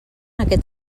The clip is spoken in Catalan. aquest